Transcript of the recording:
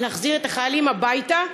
להחזיר את החיילים הביתה,